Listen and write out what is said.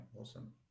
Awesome